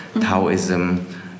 Taoism